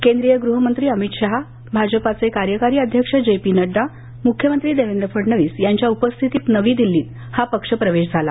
केंद्रीय गृहमंत्री अमित शहा भाजपाचे कार्यकारी अध्यक्ष जे पी नडडा मुख्यमंत्री देवेंद्र फडणवीस यांच्या उपस्थितीत नवी दिल्लीत हा पक्ष प्रवेश झाला